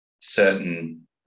certain